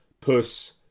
Puss